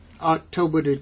October